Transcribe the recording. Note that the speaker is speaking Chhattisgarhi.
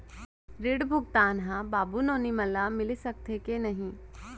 ऋण भुगतान ह बाबू नोनी मन ला मिलिस सकथे की नहीं?